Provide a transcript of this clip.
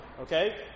okay